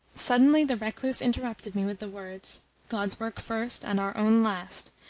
suddenly the recluse interrupted me with the words god's work first, and our own last.